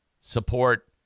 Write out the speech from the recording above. support